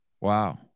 Wow